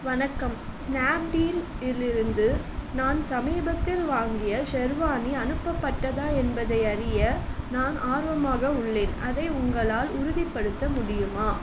வணக்கம் ஸ்னாப்டீல்லிலிருந்து நான் சமீபத்தில் வாங்கிய ஷெர்வானி அனுப்பப்பட்டதா என்பதை அறிய நான் ஆர்வமாக உள்ளேன் அதை உங்களால் உறுதிப்படுத்த முடியுமா